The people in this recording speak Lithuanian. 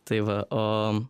tai va o